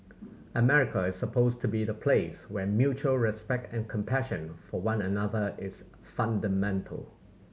America is supposed to be the place where mutual respect and compassion for one another is fundamental